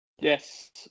Yes